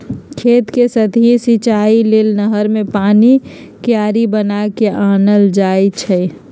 खेत कें सतहि सिचाइ लेल नहर कें पानी क्यारि बना क आनल जाइ छइ